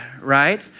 right